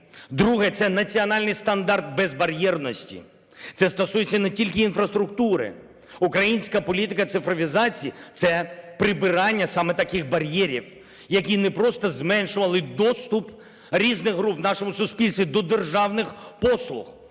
Друге – це національний стандарт безбар'єрності. Це стосується не тільки інфраструктури. Українська політика цифровізації – це прибирання саме таких бар'єрів, які не просто зменшували доступ різних груп в нашому суспільстві до державних послуг,